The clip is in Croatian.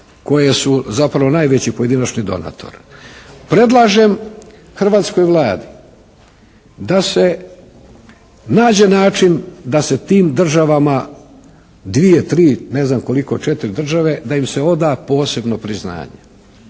koje su zapravo najveći pojedinačni donator. Predlažem hrvatskoj Vladi da se nađe način da se tim državama, dvije, tri ne znam koliko četiri države da im se oda posebno priznanje.